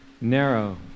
Narrow